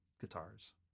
guitars